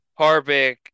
Harvick